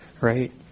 right